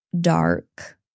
dark